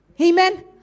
Amen